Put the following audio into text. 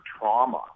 trauma